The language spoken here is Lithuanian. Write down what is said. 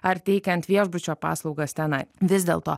ar teikiant viešbučio paslaugas tenai vis dėlto